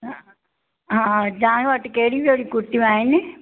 हा हा तव्हां वटि कहिड़ियूं कहिड़ियूं कुर्तियूं आहिनि